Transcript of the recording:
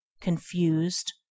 confused